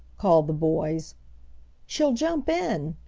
called the boys she'll jump in!